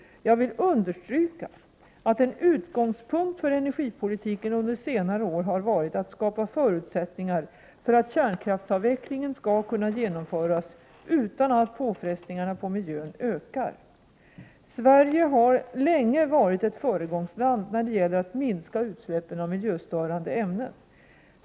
Jag vill understryka, att en utgångspunkt för energipolitiken under senare år har varit att skapa förutsättningar för att kärnkraftsavvecklingen skall kunna genomföras utan att påfrestningarna på miljön ökar. Sverige har länge varit ett föregångsland när det gäller att minska utsläppen av miljöstörande ämnen.